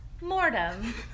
Mortem